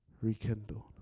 rekindled